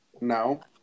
No